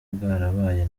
bwarabaye